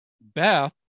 Beth